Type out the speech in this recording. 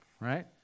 right